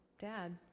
dad